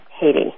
Haiti